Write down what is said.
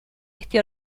este